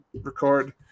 record